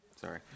Sorry